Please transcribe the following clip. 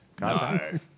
No